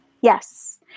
Yes